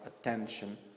attention